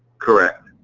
correct.